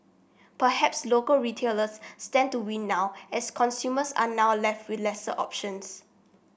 perhaps local retailers stand to win now as consumers are now left with lesser options